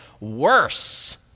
worse